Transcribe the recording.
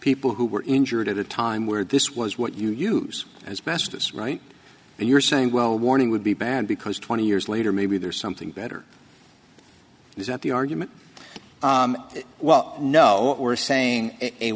people who were injured at a time where this was what you use as best as right and you're saying well warning would be bad because twenty years later maybe there's something better is that the argument well no we're saying